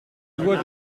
loi